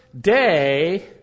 day